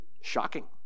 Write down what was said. shocking